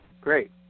great